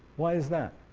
why is that?